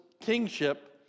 kingship